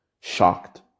shocked